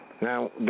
Now